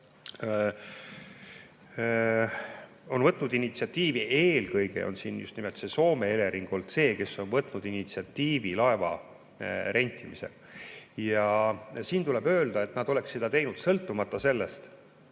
on võtnud initsiatiivi. Eelkõige just nimelt Soome Elering on olnud see, kes on võtnud initsiatiivi laeva rentimisel. Ja tuleb öelda, et nad oleksid seda teinud sõltumata sellest,